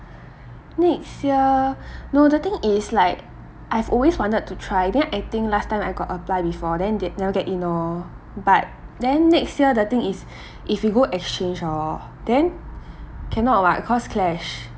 next year no the thing is like I've always wanted to try then I think last time I got apply before then they never get in orh but then next year the thing is if we go exchange hor then cannot [what] cause clash